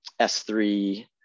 S3